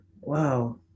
wow